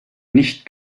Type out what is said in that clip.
nicht